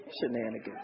shenanigans